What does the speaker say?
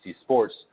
Sports